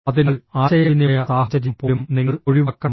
അതിനാൽ ആശയവിനിമയ സാഹചര്യം പോലും നിങ്ങൾ ഒഴിവാക്കണം